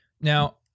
Now